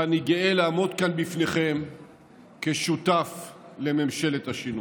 ואני גאה לעמוד כאן בפניכם כשותף לממשלת השינוי.